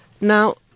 Now